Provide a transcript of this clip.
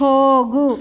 ಹೋಗು